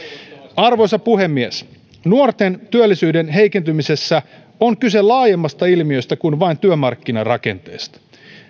arvoisa puhemies nuorten työllisyyden heikentymisessä on kyse laajemmasta ilmiöstä kuin vain työmarkkinarakenteista